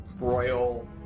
royal